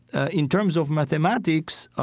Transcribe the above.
in terms of mathematics,